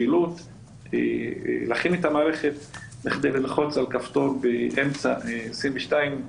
שילוט ולהכין את המערכת כדי ללחוץ על כפתור באמצע 2022,